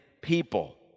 people